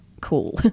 cool